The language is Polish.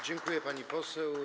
Dziękuję, pani poseł.